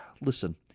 Listen